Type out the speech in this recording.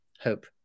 hope